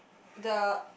the